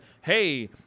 hey